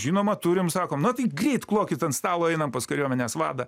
žinoma turim sakom na tai greit klokit ant stalo einam pas kariuomenės vadą